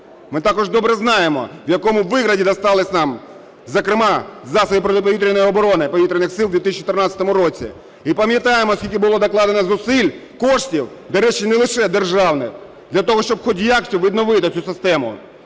Ми також добре знаємо, в якому вигляді дістались нам, зокрема засоби протиповітряної оборони Повітряних Сил в 2014 році, і пам'ятаємо, скільки було докладено зусиль, коштів, до речі, не лише державних, для того, щоб якось відновити цю систему,